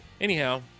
Anyhow